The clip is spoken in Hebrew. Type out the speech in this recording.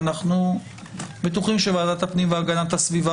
אנחנו בטוחים שוועדת הפנים והגנת הסביבה